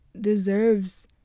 deserves